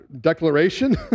declaration